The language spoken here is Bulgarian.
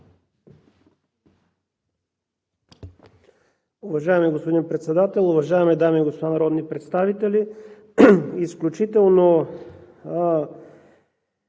Уважаеми господин Председател, уважаеми дами и господа народни представители! Отново